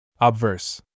Obverse